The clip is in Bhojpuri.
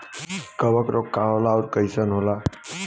कवक रोग का होला अउर कईसन होला?